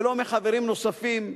ולא מחברים נוספים,